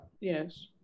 yes